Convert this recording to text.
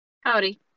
Howdy